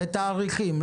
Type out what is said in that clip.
תאריכים.